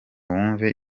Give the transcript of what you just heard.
wumve